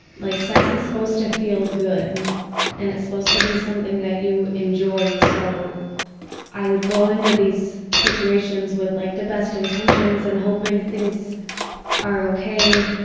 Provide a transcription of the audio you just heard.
like sex is supposed to feel good and it's supposed to be something that you enjoy. so i would go into these situations with like the best intentions and hoping things are okay.